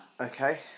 Okay